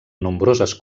nombroses